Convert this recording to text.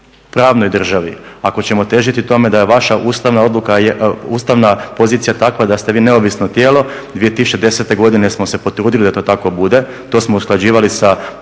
pravnoj državi, ako ćemo težiti tome da je vaša ustavna odluka, ustavna pozicija takva da ste vi neovisno tijelo, 2010. godine smo se potrudili da to tako bude, to smo usklađivali sa